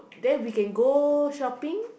then we can go shopping